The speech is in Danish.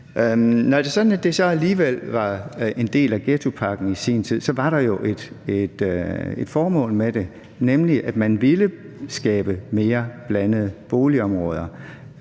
at det alligevel var en del af ghettopakken i sin tid, så var der jo et formål med det, nemlig at man ville skabe mere blandede boligområder.